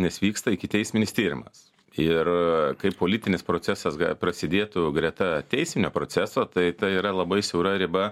nes vyksta ikiteisminis tyrimas ir kaip politinis procesas prasidėtų greta teisinio proceso tai ta yra labai siaura riba